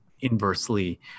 inversely